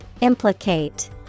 Implicate